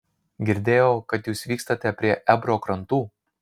girdėjau kad jūs vykstate prie ebro krantų